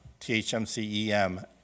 THMCEM